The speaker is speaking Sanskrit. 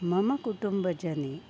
मम कुटुम्बजनः